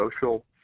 social